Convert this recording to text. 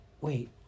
Wait